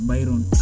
Byron